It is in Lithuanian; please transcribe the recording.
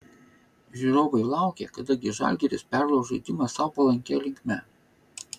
žiūrovai laukė kada gi žalgiris perlauš žaidimą sau palankia linkme